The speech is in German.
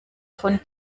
von